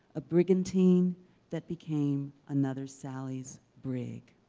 a brigantine that became another sally's brig.